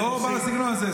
לא בסגנון הזה.